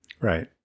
Right